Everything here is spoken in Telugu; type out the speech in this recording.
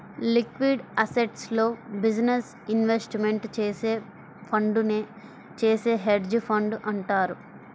లిక్విడ్ అసెట్స్లో బిజినెస్ ఇన్వెస్ట్మెంట్ చేసే ఫండునే చేసే హెడ్జ్ ఫండ్ అంటారు